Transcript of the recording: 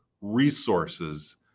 resources